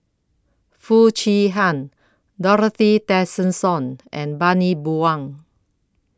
Foo Chee Han Dorothy Tessensohn and Bani Buang